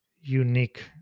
unique